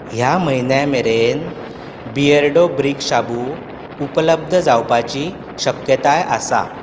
ह्या म्हयन्या मेरेन बियर्डो ब्रिक शाबू उपलब्ध जावपाची शक्यताय आसा